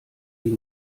die